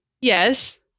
yes